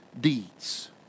deeds